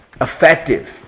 effective